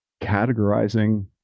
categorizing